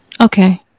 Okay